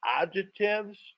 adjectives